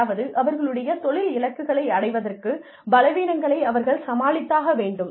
அதாவது அவர்களுடைய தொழில் இலக்குகளை அடைவதற்குப் பலவீனங்களை அவர்கள் சமாளித்தாக வேண்டும்